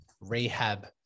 rehab